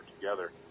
together